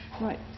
Right